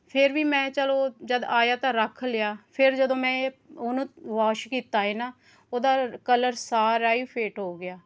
ਫੇਰ ਵੀ ਮੈਂ ਚੱਲੋ ਜਦ ਆਇਆ ਤਾਂ ਰੱਖ ਲਿਆ ਫੇਰ ਜਦੋਂ ਮੈਂ ਉਹਨੂੰ ਵਾਸ਼ ਕੀਤਾ ਹੈ ਨਾ ਉਹਦਾ ਕਲਰ ਸਾਰਾ ਹੀ ਫੇਟ ਹੋ ਗਿਆ